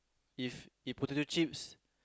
if if potato chips